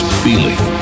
feeling